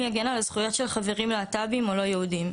מי יגן על הזכויות של חברים להט"בים או לא יהודים,